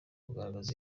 kugaragaza